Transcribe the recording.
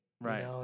Right